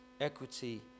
equity